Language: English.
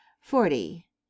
Forty